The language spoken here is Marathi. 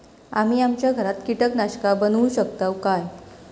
आम्ही आमच्या घरात कीटकनाशका बनवू शकताव काय?